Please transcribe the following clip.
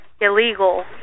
illegal